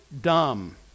dumb